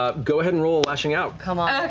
ah go ahead and roll lashing out. come on.